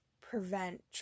prevent